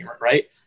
right